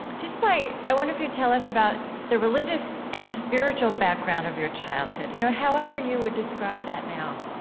just by i wonder if you'd tell us about the religious and spiritual background of your childhood. you know, however you would describe that now